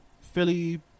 Philly